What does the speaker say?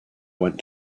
went